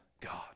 God